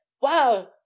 wow